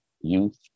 youth